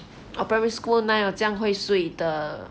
我 primary school 哪有这样会睡的